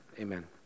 Amen